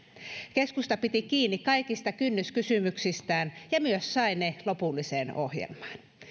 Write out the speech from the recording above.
keskusta piti kiinni kaikista kynnyskysymyksistään ja myös sai ne lopulliseen ohjelmaan